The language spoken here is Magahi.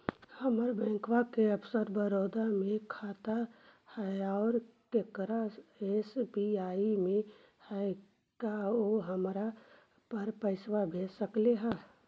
हमर बैंक ऑफ़र बड़ौदा में खाता है और केकरो एस.बी.आई में है का उ हमरा पर पैसा भेज सकले हे?